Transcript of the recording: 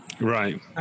Right